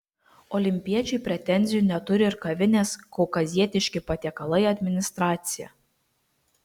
olimpiečiui pretenzijų neturi ir kavinės kaukazietiški patiekalai administracija